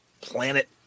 planet